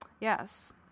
Yes